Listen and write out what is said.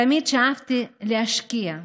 תמיד שאפתי להשקיע,